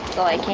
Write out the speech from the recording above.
i came.